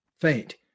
faint